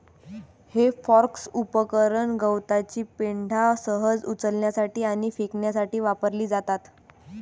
हे फोर्क उपकरण गवताची पेंढा सहज उचलण्यासाठी आणि फेकण्यासाठी वापरली जातात